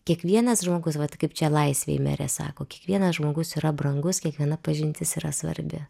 kiekvienas žmogus vat kaip čia laisvėj merė sako kiekvienas žmogus yra brangus kiekviena pažintis yra svarbi